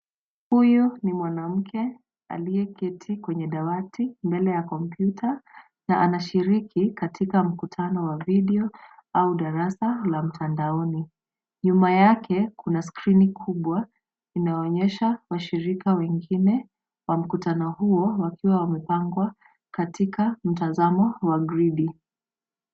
Huyu ni mwanamke aliyeketi kwenye dawati, mbele ya kompyuta na anashiriki katika mkutano wa video au darasa la mtandaoni. Nyuma yake, kuna skrini kubwa inayoonyesha washirika wengine wa mkutano huo, wakiwa wamepangwa katika mtazamo wa gridi.